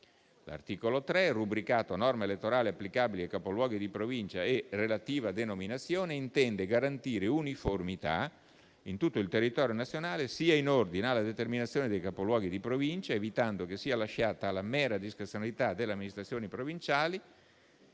L'articolo 3, rubricato «Norme elettorali applicabili ai capoluoghi di provincia e relativa denominazione», intende garantire uniformità in tutto il territorio nazionale sia in ordine alla determinazione dei capoluoghi di Provincia, evitando che sia lasciata alla mera discrezionalità dell'amministrazione provinciale,